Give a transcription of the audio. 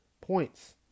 points